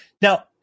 now